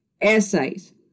Essays